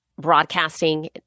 broadcasting